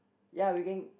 ya we can